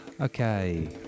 Okay